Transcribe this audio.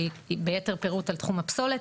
שהיא ביתר פירוט על תחום הפסולת.